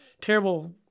terrible